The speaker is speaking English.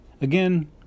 Again